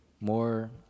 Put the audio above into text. more